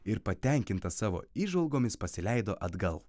ir patenkintas savo įžvalgomis pasileido atgal